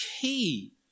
key